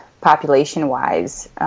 population-wise